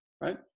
right